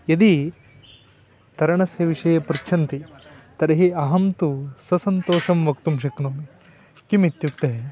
यदि तरणस्य विषये पृच्छन्ति तर्हि अहं तु ससन्तोषं वक्तुं शक्नोमि किम् इत्युक्ते